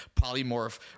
polymorph